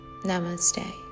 Namaste